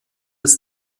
des